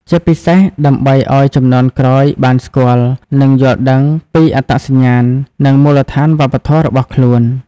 ជាពិសេសដើម្បីឲ្យជំនាន់ក្រោយបានស្គាល់ និងយល់ដឹងពីអត្តសញ្ញាណ និងមូលដ្ឋានវប្បធម៌របស់ខ្លួន។